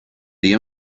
the